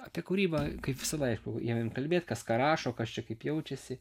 apie kūrybą kaip visada aišku ėmėm kalbėt kas ką rašo kas čia kaip jaučiasi